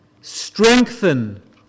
strengthen